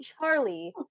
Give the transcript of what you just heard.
Charlie